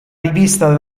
rivista